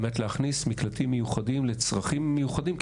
על מנת להכניס מקלטים מיוחדים לצרכים מיוחדים,